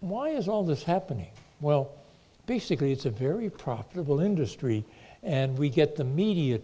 why is all this happening well basically it's a very profitable industry and we get the media